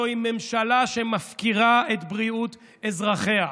זוהי ממשלה שמפקירה את בריאות אזרחיה.